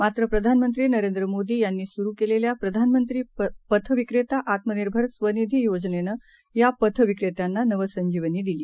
मात्रप्रधानमंत्रीनरेंद्रमोदीयांनीसुरुकेलेल्या प्रधानमंत्रीपथविक्रेताआत्मनिर्भरस्वनिधी योजनेनंयापथविक्रेत्यांनानवसंजीवनीदिली